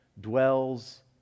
dwells